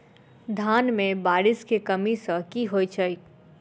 धान मे बारिश केँ कमी सँ की होइ छै?